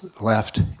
left